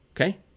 Okay